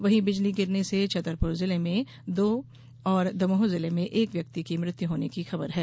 वहीं बिजली गिरने से छतरपुर जिले में दो और दमोह जिले में एक व्यक्ति की मृत्यु होने की खबर है